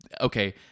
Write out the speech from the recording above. okay